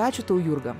ačiū tau jurga